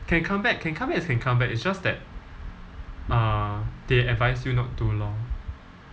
can come back can come back is can come back it's just that uh they advice you not to lor